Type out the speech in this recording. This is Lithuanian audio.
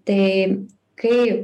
tai kai